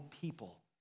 people